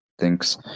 Thanks